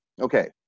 Okay